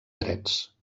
drets